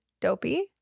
Dopey